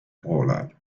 poolajal